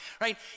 right